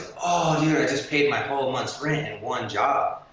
oh dude, i just paid my whole month's rent in one job!